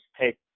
take